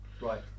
Right